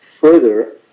further